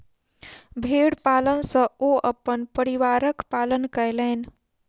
भेड़ पालन सॅ ओ अपन परिवारक पालन कयलैन